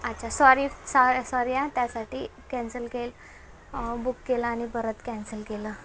अच्छा sorry sorry sorry आं त्यासाठी कॅन्सल केलं बुक केलं आणि परत कॅन्सल केलं